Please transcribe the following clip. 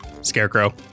Scarecrow